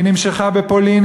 היא נמשכה בפולין,